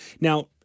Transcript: now